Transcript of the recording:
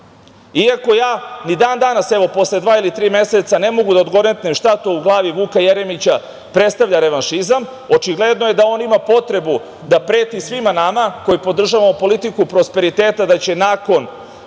ako ja ni dan danas, evo, posle dva, ili tri meseca, ne mogu da odgonetnem šta to u glavi Vuka Jeremića predstavlja revanšizam. Očigledno je da on ima potrebu svima nama koji podržavamo politiku prosperiteta, da će nakon